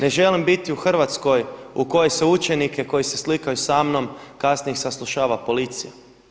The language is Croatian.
Ne želim biti u Hrvatskoj u kojoj se učenike koji se slikaju sa mnom kasnije ih saslušava policija.